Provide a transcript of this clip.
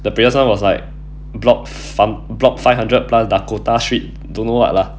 the previous [one] was like block some block five hundred plus dakota street don't know what lah